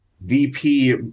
VP